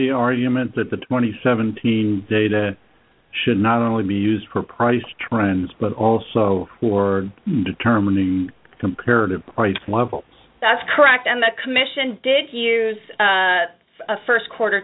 the argument that the twenty seven dollars data should not only be used for price trends but also for determining comparative that's correct and the commission did use a st quarter